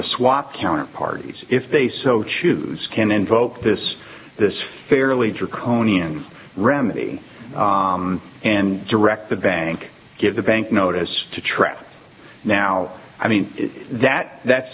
the swap counter parties if they so choose can invoke this this fairly draconian remedy and direct the bank give the bank notice to trap now i mean that that